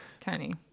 tiny